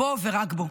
בו, ורק בו.